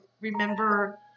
remember